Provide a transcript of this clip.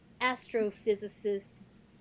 astrophysicist